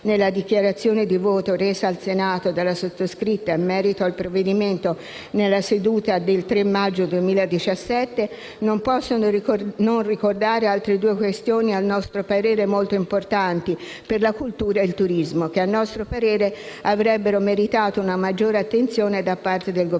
nella dichiarazione di voto resa al Senato della sottoscritta in merito al provvedimento nella seduta del 3 maggio 2017, non posso non ricordare altre due questioni a nostro parere molto importanti per la cultura e il turismo, che avrebbero meritato una maggiore attenzione da parte del Governo.